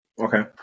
Okay